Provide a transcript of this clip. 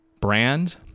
brand